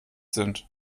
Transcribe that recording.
sind